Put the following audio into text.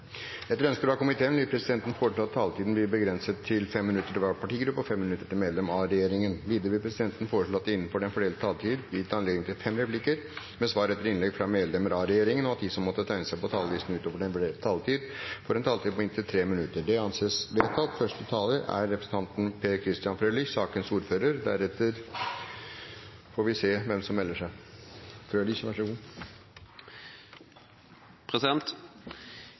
Etter ønske fra justiskomiteen vil presidenten foreslå at taletiden blir begrenset til 5 minutter til hver partigruppe og 5 minutter til medlem av regjeringen. Videre vil presidenten foreslå at det blir gitt anledning til fem replikker med svar etter innlegg fra medlemmer av regjeringen innenfor den fordelte taletid, og at de som måtte tegne seg på talerlisten utover den fordelte taletid, får en taletid på inntil 3 minutter. – Det anses vedtatt. Denne uken har vært god